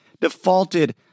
defaulted